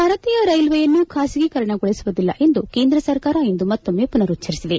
ಭಾರತೀಯ ರೈಲ್ವೆಯನ್ನು ಖಾಸಗೀಕರಣಗೊಳಿಸುವುದಿಲ್ಲ ಎಂದು ಕೇಂದ್ರ ಸರ್ಕಾರ ಇಂದು ಮತ್ತೊಮ್ಮೆ ಪುನರುಚ್ಚರಿಸಿದೆ